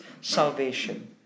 salvation